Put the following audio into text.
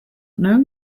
know